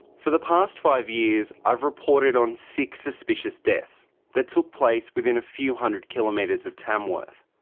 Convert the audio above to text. for the past five years i've reported on six suspicious deaths that took place within a few hundred kilometres of tamworth,